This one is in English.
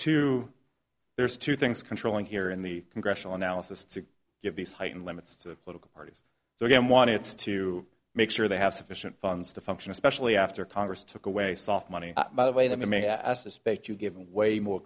too there's two things controlling here in the congressional analysis to give these heightened limits to political parties so again wants to make sure they have sufficient funds to function especially after congress took away soft money by the way to make i suspect you give away more